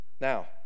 Now